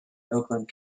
oakland